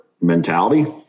mentality